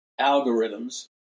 algorithms